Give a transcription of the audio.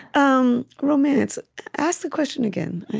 um romance ask the question again